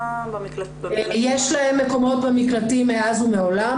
יש להן מקומות במקלטים מאז ומעולם,